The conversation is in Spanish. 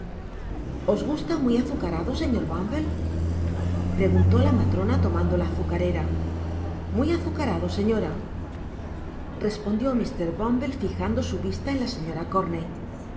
os gusta muy azucarado señor bumble preguntó la matrona tomando la azucarera muy azucarado señora respondió mr bumble fijando su vista en la señora